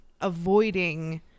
avoiding